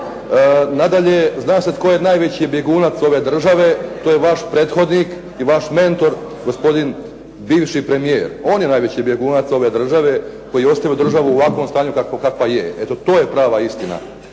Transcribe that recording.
Nadalje, zna se tko je najveći bjegunac ove države, to je vaš prethodnik i vaš mentor gospodin bivši premijer. On je najveći bjegunac ove države koji je ostavio državu u ovakvom stanju kakva je. Eto, to je prava istina